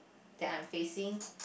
that I'm facing